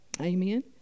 Amen